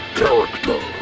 character